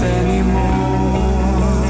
anymore